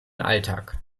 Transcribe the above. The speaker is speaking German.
alltag